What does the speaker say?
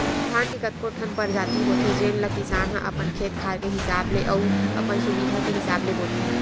धान के कतको ठन परजाति होथे जेन ल किसान ह अपन खेत खार के हिसाब ले अउ अपन सुबिधा के हिसाब ले बोथे